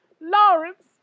Lawrence